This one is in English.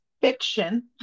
fiction